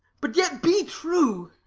but yet be true.